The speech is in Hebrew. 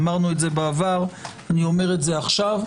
אמרנו זאת בעבר, אני אומר זאת כעת.